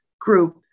group